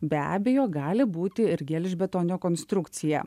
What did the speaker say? be abejo gali būti ir gelžbetonio konstrukcija